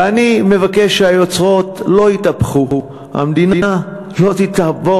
ואני מבקש שהיוצרות לא יתהפכו: המדינה לא תעבור